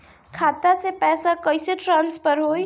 खाता से पैसा कईसे ट्रासर्फर होई?